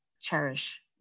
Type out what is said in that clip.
cherish